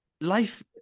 Life